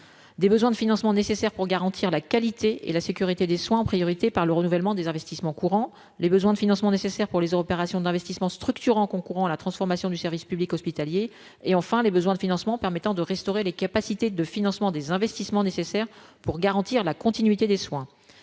des besoins de financement nécessaires pour garantir la qualité et la sécurité des soins en priorité par le renouvellement des investissements courants, les besoins de financement nécessaires pour les opérations d'investissement structurant concourant à la transformation du service public hospitalier et enfin les besoins de financement permettant de restaurer les capacités de financement des investissements nécessaires pour garantir la continuité des soins,